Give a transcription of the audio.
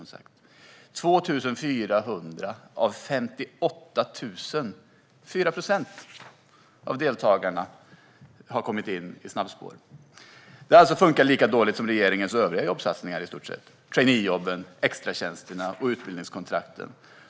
Av 58 000 är det 2 400 - 4 procent - av deltagarna som har kommit in i snabbspåren. Snabbspåren har alltså funkat lika dåligt som regeringens övriga jobbsatsningar: traineejobben, extratjänsterna och utbildningskontrakten.